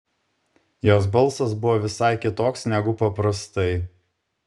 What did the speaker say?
jos balsas buvo visai kitoks negu paprastai